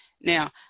Now